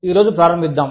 ఈరోజు ప్రారంభిద్దాం